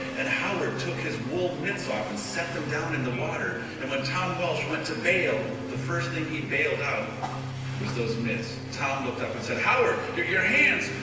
and howard took his wool mitts off and set them down in the water. and when tom welsch went to bail, the first thing he bailed out was those mitts. tom looked up and said, howard, your your hands.